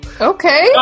Okay